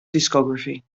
discography